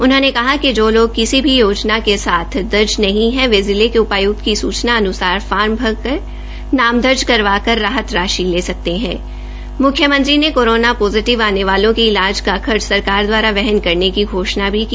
उन्होंने कहा कि जो लोग किसी भी योजना के साथ दर्ज नहीं हथवे जिले के उपाय्क्त की सूचना अनुसार फार्म भरकर नाम दर्ज करवाकर राहत राशि ले सकते हण मुख्यमंत्री ने कोरोना पॉजिटिव आने वालों के इलाज का खर्च सरकार द्वारा वहन करने की घोषणा भी की